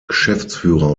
geschäftsführer